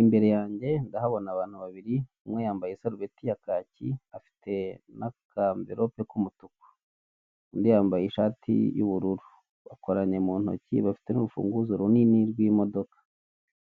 Imbere yange nahabona abantu babiri ,umwe yambaye isarubeti ya kacye, afite na ka anvelope kumutuku, undi yambaye ishati y' ubururu, Bakoranye muntiki bafite n' urufunguzo runini rw' imodoka,